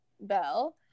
bell